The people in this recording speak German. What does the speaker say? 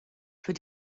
für